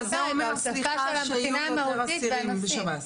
ההוספה של הבחינה המהותית והנושאית.